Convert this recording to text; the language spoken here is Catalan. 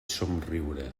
somriure